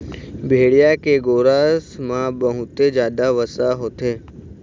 भेड़िया के गोरस म बहुते जादा वसा होथे